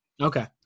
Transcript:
Okay